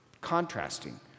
contrasting